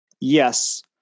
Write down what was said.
Yes